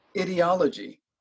ideology